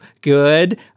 good